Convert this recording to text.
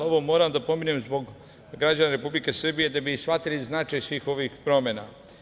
Ovo moram da pomenem zbog građana Republike Srbije, da bi shvatili značaj svih ovih promena.